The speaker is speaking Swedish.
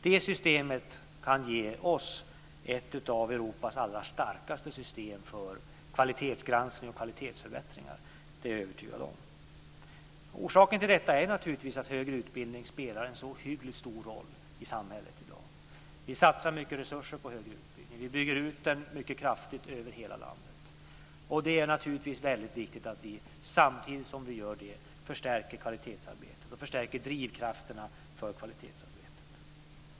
Det systemet kan ge oss ett av Europas allra starkaste system för kvalitetsgranskning och kvalitetsförbättringar. Det är jag övertygad om. Orsaken till detta är naturligtvis att högre utbildning spelar en så ohyggligt stor roll i samhället i dag. Vi satsar mycket resurser på högre utbildning. Vi bygger ut den mycket kraftigt över hela landet. Det är naturligtvis väldigt viktigt att vi, samtidigt som vi gör det, förstärker kvalitetsarbetet och förstärker drivkrafterna för kvalitetsarbetet.